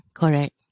correct